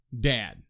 Dad